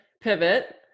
pivot